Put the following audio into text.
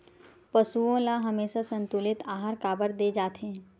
पशुओं ल हमेशा संतुलित आहार काबर दे जाथे?